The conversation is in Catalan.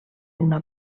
una